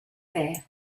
there